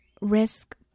risk